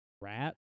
rat